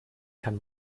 kann